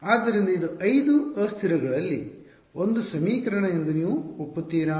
ಆದ್ದರಿಂದ ಇದು 5 ಅಸ್ಥಿರಗಳಲ್ಲಿ ಒಂದು ಸಮೀಕರಣ ಎಂದು ನೀವು ಒಪ್ಪುತ್ತೀರಾ